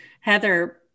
Heather